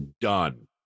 done